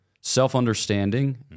self-understanding